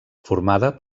formada